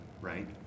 right